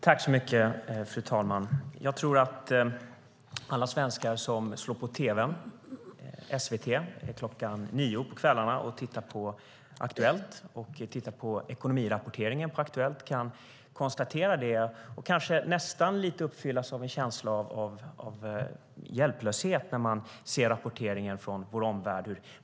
Fru talman! Jag tror att alla svenskar som slår på tv:n klockan nio på kvällen och tittar på SVT:s Aktuellt och på ekonomirapporteringen nästan kan uppfyllas av känslan av hjälplöshet när de ser rapporteringen från vår omvärld.